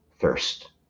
thirst